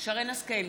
שרן השכל,